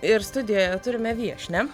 ir studijoje turime viešnią